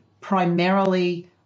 primarily